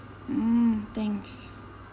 mm thanks